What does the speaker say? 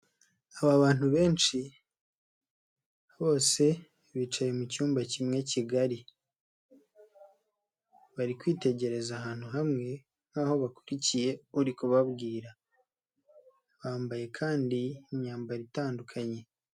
Aba bantu benshi, bose bicaye mu cyumba kimwe kigari. Bari kwitegereza ahantu hamwe nk'aho bakurikiye uri kubabwira. Bambaye kandi imyambaro itandukanye.